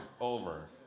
over